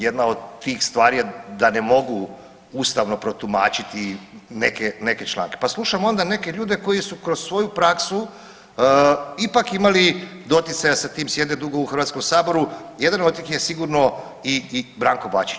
Jedna od tih stvari je da ne mogu ustavno protumačiti neke, neke članke, pa slušam onda neke ljude koji su kroz svoju praksu ipak imali doticaja sa tim, sjede dugo u Hrvatskom saboru, jedan od njih je sigurno i Branko Bačić.